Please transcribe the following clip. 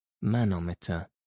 Manometer